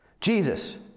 Jesus